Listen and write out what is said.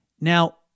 Now